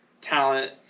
talent